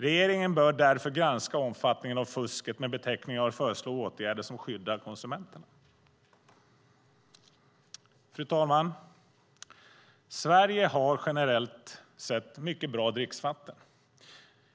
Regeringen bör därför granska omfattningen av fusket med beteckningar och föreslå åtgärder som skyddar konsumenterna. Fru talman! Sverige har generellt sett mycket bra dricksvatten.